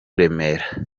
remera